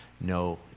no